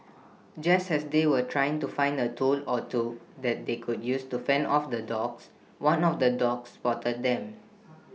just as they were trying to find A tool or two that they could use to fend off the dogs one of the dogs spotted them